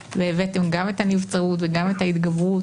והבאתם גם את הנבצרות וגם את ההתגברות.